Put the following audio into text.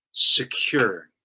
secure